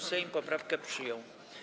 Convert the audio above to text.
Sejm poprawkę przyjął.